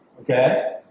Okay